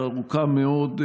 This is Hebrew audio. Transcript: ארוכה מאוד,